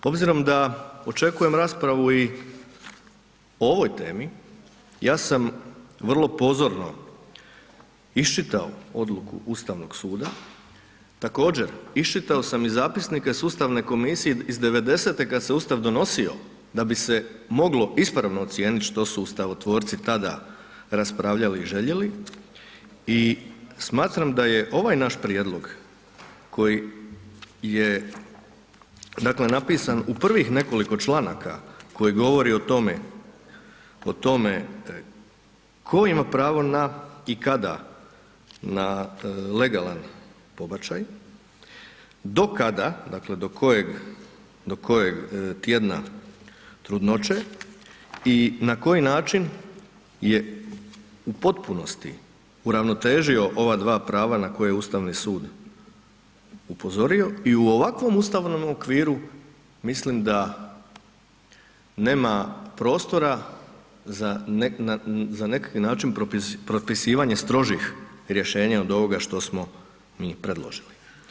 Obzirom da očekujem raspravu i o ovoj temi ja sam vrlo pozorno iščitao odluku Ustavnog suda, također iščitao sam i zapisnike s Ustavne komisije iz '90. kad se Ustav donosio da bi se moglo ispravno ocijeniti što su ustavotvorci tada raspravljali i željeli i smatram da je ovaj naš prijedlog koji je dakle napisan u prvih nekoliko članaka koji govori o tome, o tome tko ima pravo na i kada na legalan pobačaj, do kada dakle do kojeg tjedna trudnoće i na koji način je u potpunosti uravnotežio ova dva prava na koje je Ustavni sud upozorio i u ovakvom ustavnom okviru mislim da nema prostora za nekakav način propisivanja strožih rješenja od ovoga što smo mi predložili.